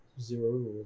zero